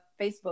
Facebook